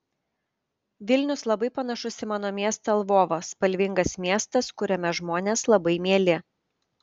vilnius labai panašus į mano miestą lvovą spalvingas miestas kuriame žmonės labai mieli